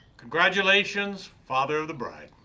congratulations, father of the bride.